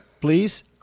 Please